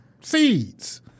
seeds